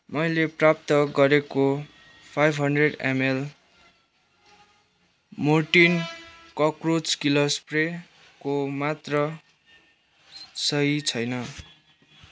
मैले प्राप्त गरेको five hundred ML Mortein cockroach मार्ने स्प्रेको मात्रा सही छैन